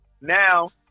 now